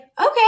okay